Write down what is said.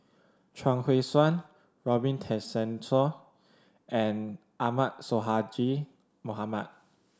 Chuang Hui Tsuan Robin Tessensohn and Ahmad Sonhadji Mohamad